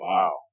Wow